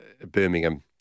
Birmingham